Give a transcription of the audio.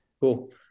Cool